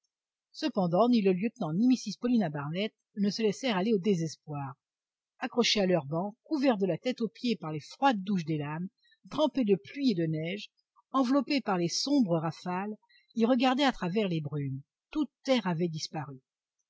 cependant ni le lieutenant ni mrs paulina barnett ne se laissèrent aller au désespoir accrochés à leurs bancs couverts de la tête aux pieds par les froides douches des lames trempés de pluie et de neige enveloppés par les sombres rafales ils regardaient à travers les brumes toute terre avait disparu